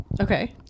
okay